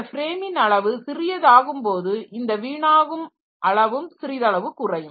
இந்த ஃப்ரேமின் அளவு சிறியது ஆகும்போது இந்த வீணாகும் அளவும் சிறிதளவு குறையும்